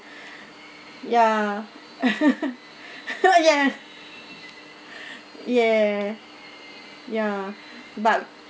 ya ya ya ya but